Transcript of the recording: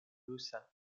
rusa